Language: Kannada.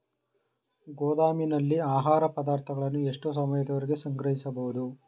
ಗೋದಾಮಿನಲ್ಲಿ ಆಹಾರ ಪದಾರ್ಥಗಳನ್ನು ಎಷ್ಟು ಸಮಯದವರೆಗೆ ಸಂಗ್ರಹಿಸಬಹುದು?